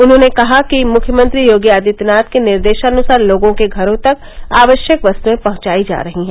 उन्होंने कहा कि मुख्यमंत्री योगी आदित्यनाथ के निर्देशानुसार लोगों के घरों तक आवश्यक वस्तुएं पहुंचायी जा रही हैं